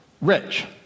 rich